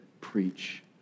preach